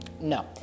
No